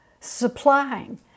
supplying